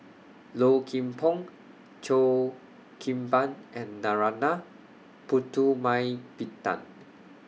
Low Kim Pong Cheo Kim Ban and Narana Putumaippittan